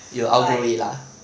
you'll outgrow it lah